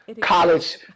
college